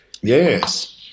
Yes